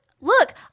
Look